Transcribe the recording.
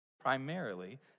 Primarily